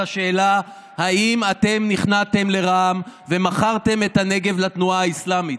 השאלה אם אתם נכנעתם לרע"מ ומכרתם את הנגב לתנועה האסלאמית.